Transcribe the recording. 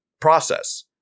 process